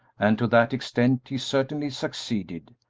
and to that extent he certainly succeeded,